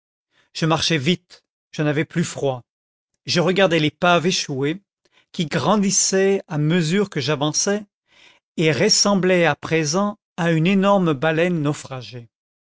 je marchais vite je n'avais plus froid je regardais l'épave échouée qui grandissait à mesure que j'avançais et ressemblait à présent à une énorme baleine naufragée